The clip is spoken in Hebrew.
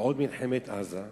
ועוד מלחמת עזה,